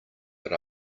but